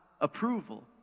approval